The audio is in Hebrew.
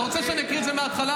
אתה רוצה שאני אקריא את זה מההתחלה?